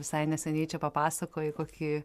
visai neseniai čia papasakojai kokį